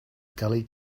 gully